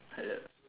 hello